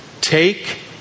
Take